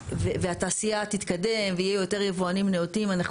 והתעשייה תתקדם ויהיו יותר יבואנים נאותים אנחנו